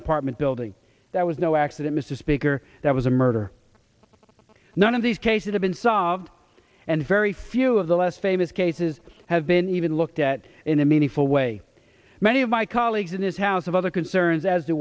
apartment building that was no accident mr speaker that was a murder none of these cases have been solved and very few of the less famous cases have been even looked at in a meaningful way many of my colleagues in this house have other concerns as to